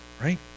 right